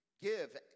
Give